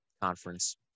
conference